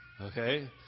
Okay